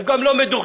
הם גם לא מדוכדכים.